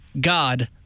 God